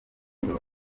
niba